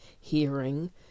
hearing